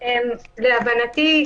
להבנתי,